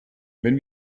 wenn